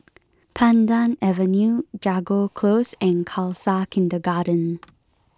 Pandan Avenue Jago Close and Khalsa Kindergarten